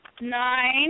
nine